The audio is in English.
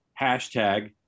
Hashtag